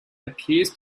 appears